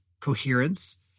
coherence